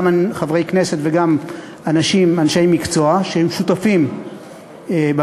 גם חברי כנסת וגם אנשי מקצוע שהם שותפים בוועדה,